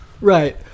right